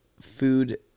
food